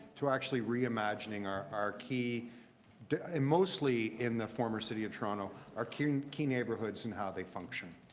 to actually reimaging our our key and mostly in the former city of toronto, our key and key neighbourhoods and how they function.